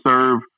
serve